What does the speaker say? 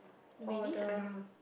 or the